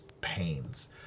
pains